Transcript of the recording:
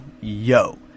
yo